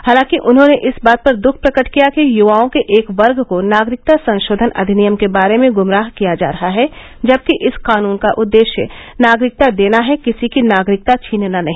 हालांकि उन्होंने इस बात पर दुख प्रकट किया कि युवाओं के एक वर्ग को नागरिकता संशोधन अधिनियम के बारे में गुमराह किया जा रहा है जबकि इस कानून का उद्देश्य नागरिकता देना है किसी की नागरिकता छीनना नहीं